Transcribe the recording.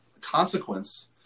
consequence